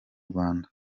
rwanda